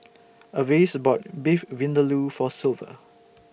Avis bought Beef Vindaloo For Silver